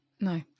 No